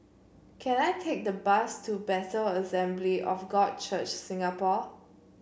can I take the bus to Bethel Assembly of God Church Singapore